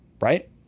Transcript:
right